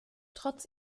trotz